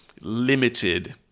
limited